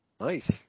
Nice